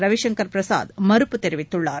ரவிசங்கர் பிரசாத் மறுப்பு தெரிவித்துள்ளார்